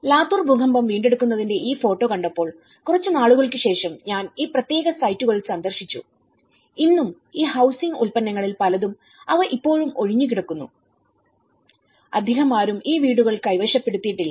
ലാത്തൂർ ഭൂകമ്പം വീണ്ടെടുക്കുന്നതിന്റെ ഈ ഫോട്ടോ കണ്ടപ്പോൾ കുറച്ച് നാളുകൾക്കു ശേഷം ഞാൻ ഈ പ്രത്യേക സൈറ്റുകൾ സന്ദർശിച്ചു ഇന്നും ഈ ഹൌസിംഗ് ഉൽപ്പന്നങ്ങളിൽ പലതും അവ ഇപ്പോഴും ഒഴിഞ്ഞുകിടക്കുന്നു അധികമാരും ഈ വീടുകൾ കൈവശപ്പെടുത്തിയിട്ടില്ല